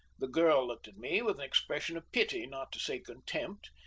the girl looked at me with an expression of pity, not to say contempt,